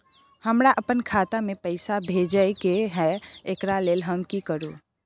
हमरा अपन खाता में पैसा भेजय के है, एकरा लेल हम की करू?